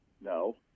No